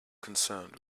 concerned